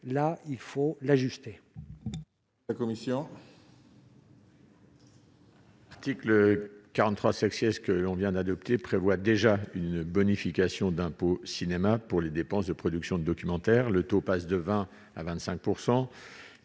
là il faut l'ajuster.